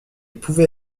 pouvait